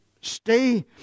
stay